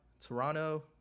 Toronto